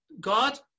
God